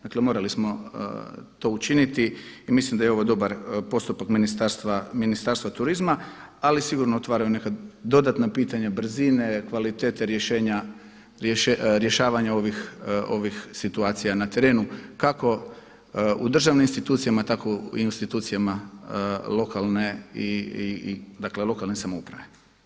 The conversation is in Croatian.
Dakle, morali smo to učiniti i mislim da je ovo dobar postupak Ministarstva turizma, ali sigurno otvaraju neka dodatna pitanja brzine, kvalitete rješavanja ovih situacija na terenu kako u državnim institucijama tako i u institucijama lokalne, dakle lokalne samouprave.